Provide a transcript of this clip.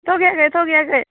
थगायाखै थगायाखै